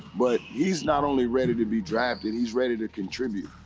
but he's not only ready to be drafted, he's ready to contribute.